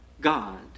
God